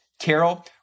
Carol